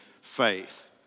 faith